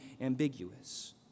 ambiguous